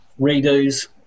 redos